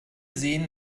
sehen